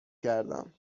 کردم